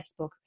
Facebook